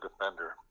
defender